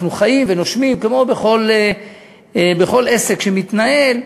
אנחנו חיים ונושמים כמו בכל עסק שמתנהל,